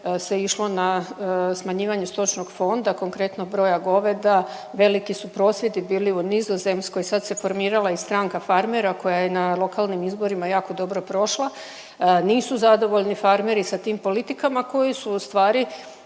se išlo na smanjivanje stočnog fonda, konkretno broja goveda. Veliki su prosvjedi bili u Nizozemskoj, sad se formirala i stranka farmera koja je na lokalnim izborima jako dobro prošla. Nisu zadovoljni farmeri sa tim politikama koji su u stvari